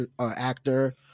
actor